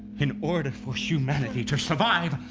in order for humanity to survive,